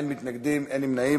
אין מתנגדים ואין נמנעים.